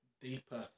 deeper